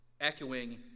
echoing